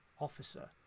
officer